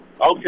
Okay